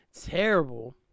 Terrible